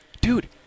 Dude